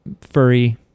furry